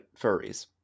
furries